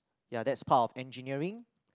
ya that's part of engineering